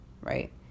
right